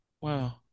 wow